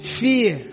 fear